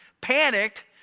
Panicked